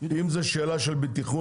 אם זאת שאלה של בטיחות,